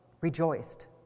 rejoiced